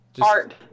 Art